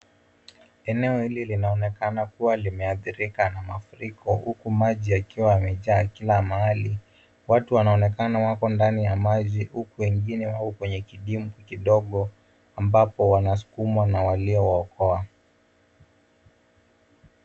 Eneo hili linaonekana kuwa limeathirika na mafuriko huku maji yakiwa yamejaa kila mahali. Watu wanaonekana wako ndani ya maji huku wengine wako kwenye kidimbwi kidogo ambapo wanasukumwa na walio waokoa.